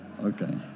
Okay